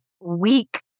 weak